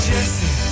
Jesse